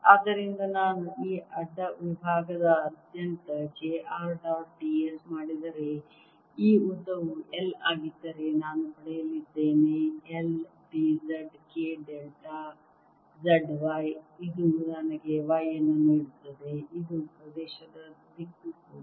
ಆದ್ದರಿಂದ ನಾನು ಈ ಅಡ್ಡ ವಿಭಾಗದಾದ್ಯಂತ j r dot d s ಮಾಡಿದರೆ ಈ ಉದ್ದವು L ಆಗಿದ್ದರೆ ನಾನು ಪಡೆಯಲಿದ್ದೇನೆ L d Z K delta Z y ಇದು ನನಗೆ y ಅನ್ನು ನೀಡುತ್ತದೆ ಇದು ಪ್ರದೇಶದ ದಿಕ್ಕು ಕೂಡ